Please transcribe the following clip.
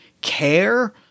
care